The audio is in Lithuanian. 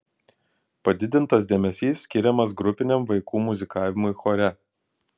padidintas dėmesys skiriamas grupiniam vaikų muzikavimui chore